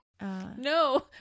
No